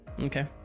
Okay